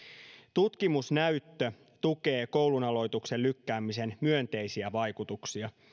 tutkimusnäyttö tukee koulun aloituksen lykkäämisen myönteisiä vaikutuksia